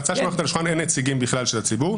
בהצעה שמונחת על השולחן אין נציגים בכלל של הציבור.